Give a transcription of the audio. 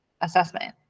assessment